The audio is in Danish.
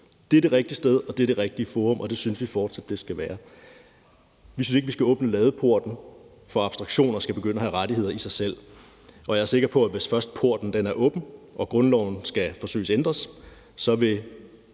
Det er det rigtige sted, det er det rigtige forum, og det synes vi fortsat det skal være. Vi synes ikke, vi skal åbne en ladeport, for at abstraktioner skal begynde at have rettigheder i sig selv. Jeg er sikker på, at hvis først porten er åbnet og grundloven skal forsøges ændres, vil